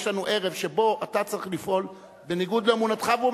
יש לנו ערב שבו אתה צריך לפעול בניגוד לאמונתך.